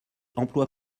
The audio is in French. emplois